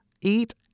eat